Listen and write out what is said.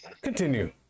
Continue